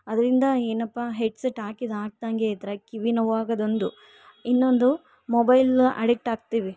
ಅದರಿಂದ ಏನಪ್ಪ headset ಹಾಕಿದ್ದು ಹಾಕ್ದಂಗೇ ಇದ್ದರೆ ಕಿವಿ ನೋವು ಆಗದೊಂದು ಇನ್ನೊಂದು ಮೊಬೈಲ್ ಅಡಿಕ್ಟಾಗ್ತೀವಿ